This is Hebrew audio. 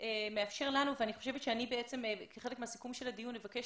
מאפשר לנו כי אני כחלק מהסיכום של הדיון אבקש